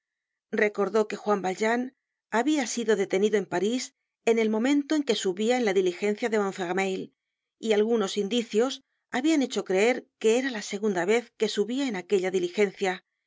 recordó que juan valjean habia sido detenido en parís en el momento en que subia en la diligencia de montfermeil y algunos indicios habían hecho creer que era la segunda vez que subia en aquella diligencia